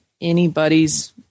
anybody's –